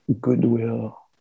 goodwill